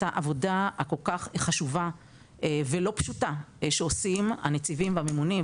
העבודה הכל כך חשובה ולא פשוטה שעושים הנציבים והממונים,